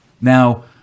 Now